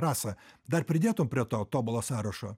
rasa dar pridėtum prie to tobulo sąrašo